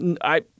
I-